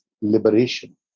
liberation